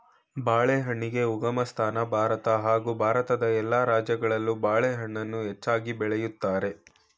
ಬಾಳೆಹಣ್ಣಿಗೆ ಉಗಮಸ್ಥಾನ ಭಾರತ ಹಾಗೂ ಭಾರತದ ಎಲ್ಲ ರಾಜ್ಯಗಳಲ್ಲೂ ಬಾಳೆಹಣ್ಣನ್ನ ಹೆಚ್ಚಾಗ್ ಬೆಳಿತಾರೆ